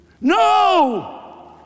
No